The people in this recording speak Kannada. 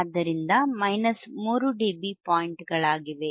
ಆದ್ದರಿಂದ ಇವು 3 ಡಿಬಿ ಪಾಯಿಂಟ್ಗಳಾಗಿವೆ